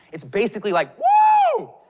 it's basically like, woo!